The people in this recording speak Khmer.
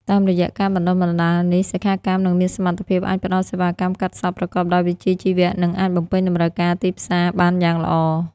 តាមរយៈការបណ្តុះបណ្តាលនេះ សិក្ខាកាមនឹងមានសមត្ថភាពអាចផ្តល់សេវាកម្មកាត់សក់ប្រកបដោយវិជ្ជាជីវៈ និងអាចបំពេញតម្រូវការទីផ្សារបានយ៉ាងល្អ។